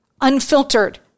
unfiltered